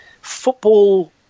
football